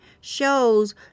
shows